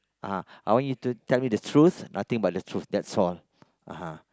uh I want you to tell me the truth nothing but the truth that's all (uh huh)